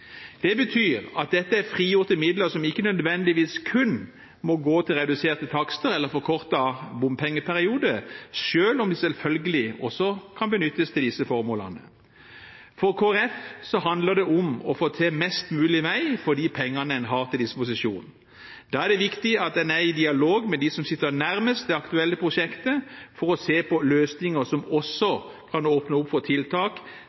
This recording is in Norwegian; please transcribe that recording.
Det betyr at dette er frigjorte midler som ikke nødvendigvis kun må gå til reduserte takster eller forkortet bompengeperiode, selv om de selvfølgelig også kan benyttes til disse formålene. For Kristelig Folkeparti handler det om å få mest mulig vei for de pengene en har til disposisjon. Da er det viktig at en er i dialog med de som sitter nærmest det aktuelle prosjektet, for å se på løsninger som også kan åpne opp for tiltak